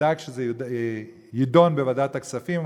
אדאג שזה יידון בוועדת הכספים,